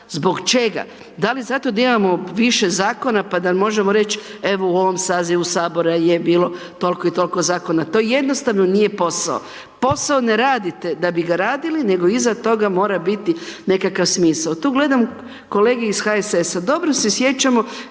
Zbog čega? Da li zato da imamo više zakona pa da možemo reći evo u ovom sazivu Sabora je bilo toliko i tolik zakona, to jednostavno nije posao, posao ne radite da bi ga radili nego iza toga mora biti nekakav smisao. Tu gledam kolege iz HSS-a, dobro se sjećamo